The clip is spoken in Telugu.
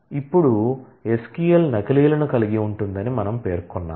ఇప్పుడు SQL నకిలీలను కలిగి ఉంటుందని మనము పేర్కొన్నాము